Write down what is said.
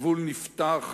הגבול נפתח,